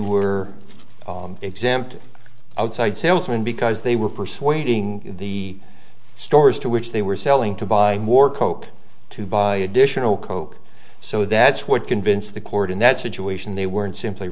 were exempt outside sales when because they were persuading the stores to which they were selling to buy more coke to buy additional coke so that's what convinced the court in that situation they were in simply